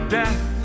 death